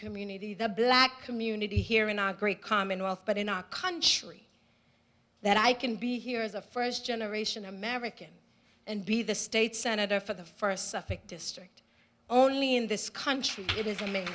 community the black community here in our great commonwealth but in our country that i can be here as a first generation american and be the state senator for the first suffolk district only in this country it is